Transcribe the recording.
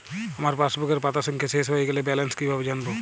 আমার পাসবুকের পাতা সংখ্যা শেষ হয়ে গেলে ব্যালেন্স কীভাবে জানব?